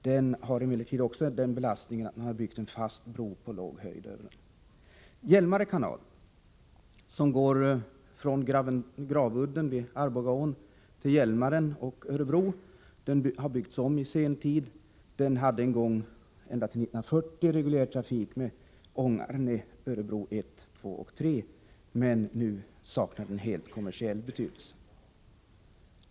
Den har emellertid också den belastningen att det har byggts en fast bro på låg höjd över den. Hjälmare kanal, som går från Gravudden vid Arbogaån till Hjälmaren och Örebro, har byggts om i sen tid. Den hade ända fram till 1940 reguljär trafik med ångare, Örebro I, II och III, men nu saknar den helt kommersiell betydelse.